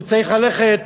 הוא צריך ללכת